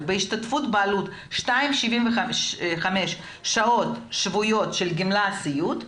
בהשתתפות בעלות 2.75 שעות שבועיות של גמלת סיעוד,